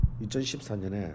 2014년에